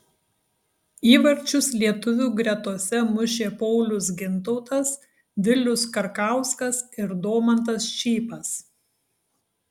įvarčius lietuvių gretose mušė paulius gintautas vilius karkauskas ir domantas čypas